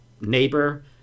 neighbor